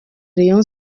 rayon